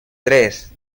tres